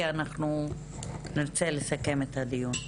כי אנחנו נרצה לסכם את הדיון.